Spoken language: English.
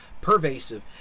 pervasive